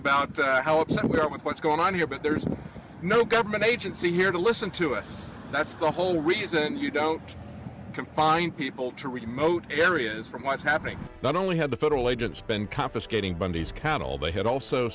upset we are with what's going on here but there's no government agency here to listen to us that's the whole reason you don't confine people to remote areas from ice happening not only had the federal agents been confiscating bundy's cattle they had also